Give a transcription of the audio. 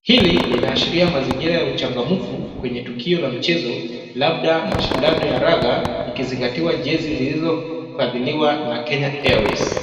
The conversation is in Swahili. Hili linaashiria mazingira ya uchangamfu kwenye tukio la mchezo labda mashindano ya raga ikizingatiwa jezi zilizovaliwa na Kenya Airways .